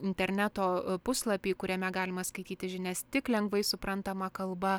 interneto puslapį kuriame galima skaityti žinias tik lengvai suprantama kalba